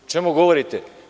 O čemu govorite?